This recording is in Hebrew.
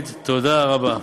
תודה רבה.